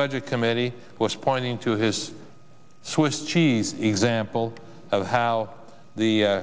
budget committee was pointing to his swiss cheese example of how the